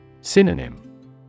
Synonym